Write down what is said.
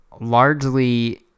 largely